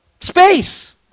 space